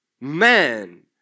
man